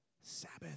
Sabbath